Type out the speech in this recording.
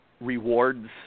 rewards